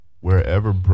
wherever